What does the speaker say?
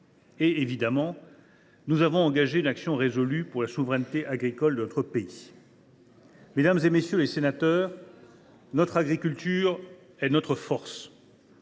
évidemment, nous avons engagé une action résolue pour la souveraineté agricole de notre pays. « Mesdames, messieurs les députés, notre agriculture est notre force,